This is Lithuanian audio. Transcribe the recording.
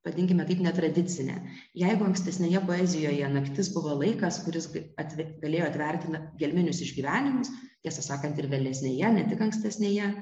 vadinkime taip netradicinė jeigu ankstesnėje poezijoje naktis buvo laikas kuris gi atve galėjo atverti gelminius išgyvenimus tiesą sakant ir vėlesnėje ne tik ankstesnėje